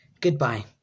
goodbye